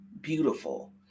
beautiful